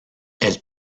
elle